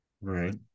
right